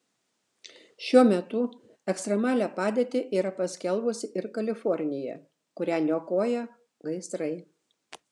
šiuo metu ekstremalią padėtį yra paskelbusi ir kalifornija kurią niokoja gaisrai